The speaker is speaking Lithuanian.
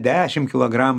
dešim kilogramų